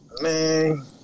Man